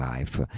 Life